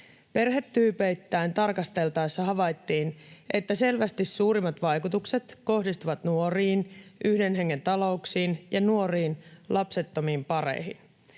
Perhetyypeittäin tarkasteltaessa havaittiin, että selvästi suurimmat vaikutukset kohdistuvat nuoriin, yhden hengen talouksiin ja nuoriin lapsettomiin pareihin.